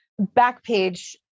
Backpage